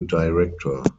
director